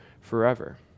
forever